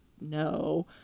no